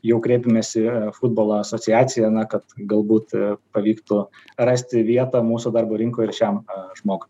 jau kreipėmės į futbolo asociaciją na kad galbūt pavyktų rasti vietą mūsų darbo rinkoj ir šiam žmogui